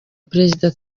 perezida